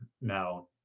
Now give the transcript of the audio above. now